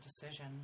decision